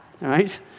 right